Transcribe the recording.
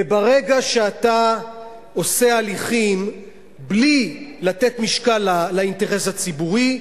וברגע שאתה עושה הליכים בלי לתת משקל לאינטרס הציבורי,